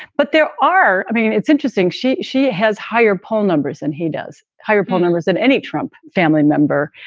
but there are i mean, it's interesting. she she has higher poll numbers and he does higher poll numbers than any trump family member.